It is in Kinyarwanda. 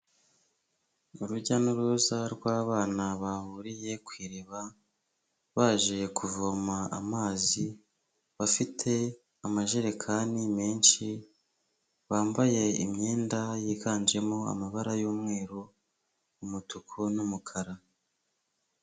Urujya n'uruza rw'abana bahuriye ku iriba baje kuvoma amazi, bafite amajerekani menshi bambaye imyenda yiganjemo amabara y'umweru, umutuku, n'umukara.